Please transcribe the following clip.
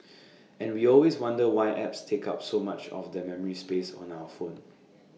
and we always wonder why apps take up so much of the memory space on our phone